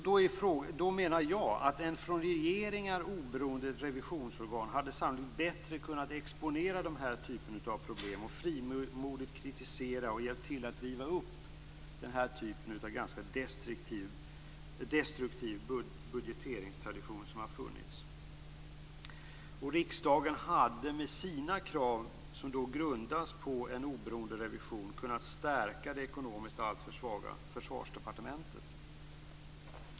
Då menar jag att ett från regeringar oberoende revisionsorgan hade sannolikt bättre kunnat exponera den här typen av problem och frimodigt kritiserat och hjälpt till att riva upp den typ av ganska destruktiv bugeteringstradition som har funnits. Riksdagen hade med sina krav, som då grundas på en oberoende revision, kunnat stärka det ekonomiskt alltför svaga Försvarsdepartementet.